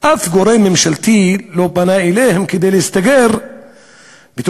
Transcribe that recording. שום גורם ממשלתי לא פנה אליהם בקריאה להסתגר בבתיהם.